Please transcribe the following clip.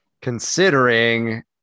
Considering